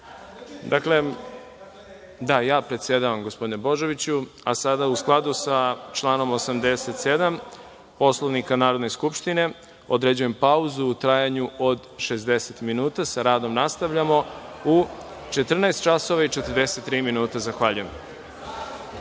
ja predsedavam gospodine Božoviću, a sada u skladu sa članom 87. Poslovnika Narodne skupštine određujem pauzu u trajanju od 60 minuta. Sa radom nastavljamo u 14,43 časova. Zahvaljujem.(Posle